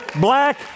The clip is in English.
black